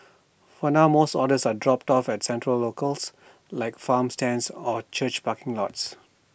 for now most orders are dropped off at central locales like farm stands or church parking lots